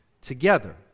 together